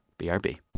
b r b